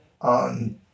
on